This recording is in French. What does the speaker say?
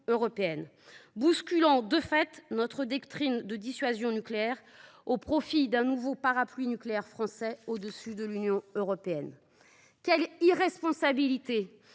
déclaration bouscule de fait notre doctrine de dissuasion nucléaire au profit d’un nouveau parapluie nucléaire français placé au dessus de l’Union européenne. Quelle irresponsabilité